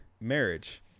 marriage